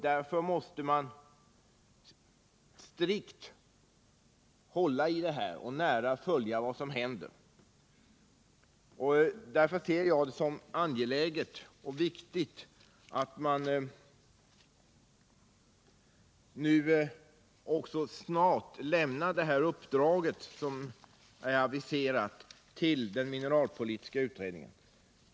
Därför måste man strikt hålla i detta och nära följa vad som händer. Jag ser det som angeläget och viktigt att man snart lämnar det nu aviserade uppdraget till mineral politiska utredningen.